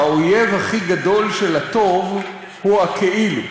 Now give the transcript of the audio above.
שהאויב הכי גדול של הטוב הוא הכאילו.